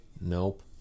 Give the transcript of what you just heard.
nope